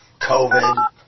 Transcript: COVID